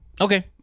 Okay